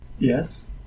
Yes